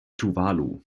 tuvalu